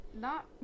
Not-